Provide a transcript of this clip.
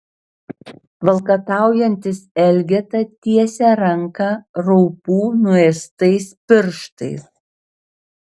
valkataujantis elgeta tiesia ranką raupų nuėstais pirštais